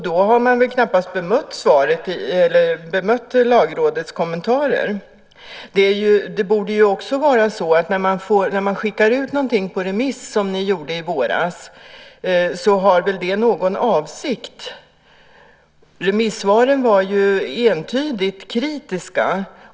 Då har man knappast bemött Lagrådets kommentarer. När man skickar ut någonting på remiss, som ni gjorde i våras, har väl det någon avsikt. Remissvaren var entydigt kritiska.